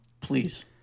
Please